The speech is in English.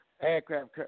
aircraft